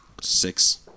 six